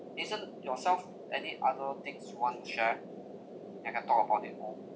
eason yourself any other things you want to share and I'll talk about it more